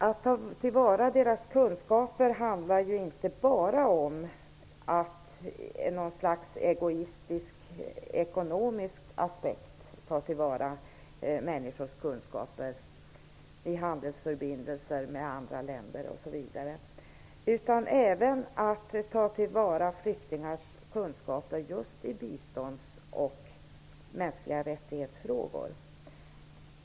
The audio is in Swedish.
Att ta till vara deras kunskaper handlar inte bara om att i något slags egoistisk aspekt ta till vara människors kunskap i handelsförbindelser med andra länder osv. utan även att ta till vara flyktingars kunskaper just i frågor om bistånd och mänskliga rättigheter.